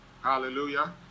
hallelujah